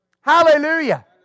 Hallelujah